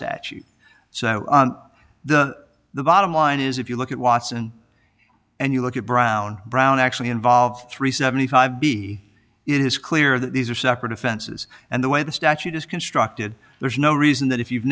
statute so the the bottom line is if you look at watson and you look at brown brown actually involved three seventy five b it is clear that these are separate offenses and the way the statute is constructed there's no reason that if you've